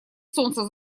солнце